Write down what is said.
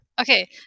okay